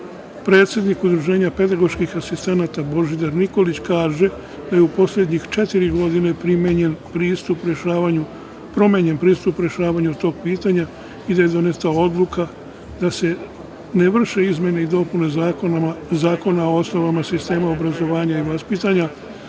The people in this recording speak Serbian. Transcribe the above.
vreme. Predsednik Udruženja pedagoških asistenata, Božidar Nikolić kaže da je u poslednjih četiri godine promenjen pristup rešavanju tog pitanja i da je doneta odluka da se ne vrše izmene i dopune Zakona o osnovama sistema obrazovanja i vaspitanja,